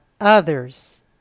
others